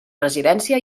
presidència